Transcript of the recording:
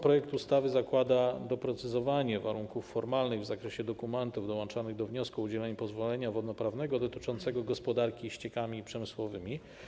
Projekt ustawy zakłada doprecyzowanie warunków formalnych w zakresie dokumentów dołączonych do wniosku o udzielenie pozwolenia wodno-prawnego dotyczącego gospodarki ściekami przemysłowymi.